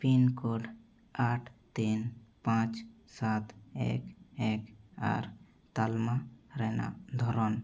pin code ᱟᱴ ᱛᱤᱱ ᱯᱟᱸᱪ ᱥᱟᱛ ᱮᱹᱠ ᱮᱹᱠ ᱟᱨ ᱛᱟᱞᱢᱟ ᱨᱮᱱᱟᱜ ᱫᱷᱚᱨᱚᱱ